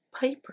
Piper